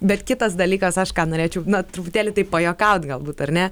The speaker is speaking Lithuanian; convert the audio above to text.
bet kitas dalykas aš ką norėčiau na truputėlį taip pajuokaut galbūt ar ne